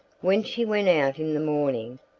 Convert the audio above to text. when she went out in the morning,